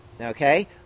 Okay